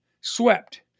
swept